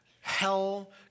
hell